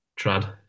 trad